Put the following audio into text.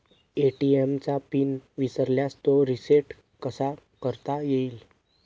ATM चा PIN विसरल्यास तो रिसेट कसा करता येईल?